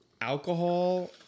alcohol